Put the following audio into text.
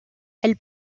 elle